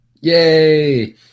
Yay